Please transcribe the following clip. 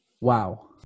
Wow